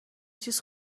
چیز